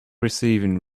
receiving